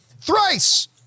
Thrice